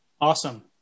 Awesome